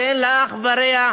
שאין לה אח ורע,